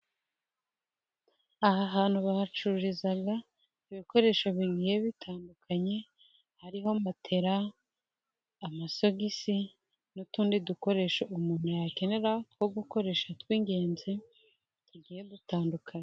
Aha hantu bahacururiza ibikoresho bigiye bitandukanye, hariho matera, amasogisi, n'utundi dukoresho umuntu yakenera two gukoresha tw'ingenzi, tugiye dutandukanye.